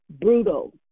brutal